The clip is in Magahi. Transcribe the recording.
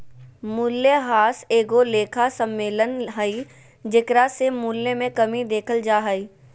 मूल्यह्रास एगो लेखा सम्मेलन हइ जेकरा से मूल्य मे कमी देखल जा हइ